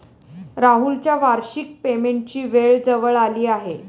राहुलच्या वार्षिक पेमेंटची वेळ जवळ आली आहे